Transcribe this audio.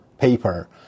paper